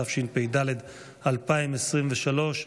התשפ"ד 2023,